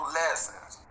lessons